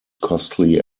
costly